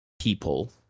people